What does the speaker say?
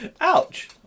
Ouch